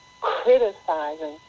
criticizing